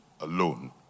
alone